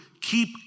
keep